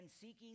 seeking